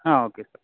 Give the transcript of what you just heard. okay sir